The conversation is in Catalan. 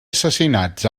assassinats